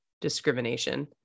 discrimination